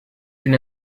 une